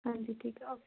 ਹਾਂਜੀ ਠੀਕ ਆ ਓਕੇ